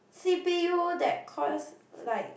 C_P_U that cost like